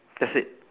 that's it